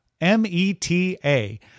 M-E-T-A